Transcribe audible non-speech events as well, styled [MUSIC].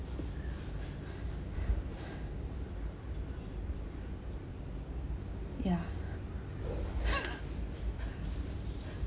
yeah [LAUGHS]